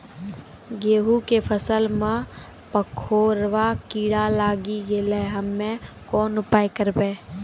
गेहूँ के फसल मे पंखोरवा कीड़ा लागी गैलै हम्मे कोन उपाय करबै?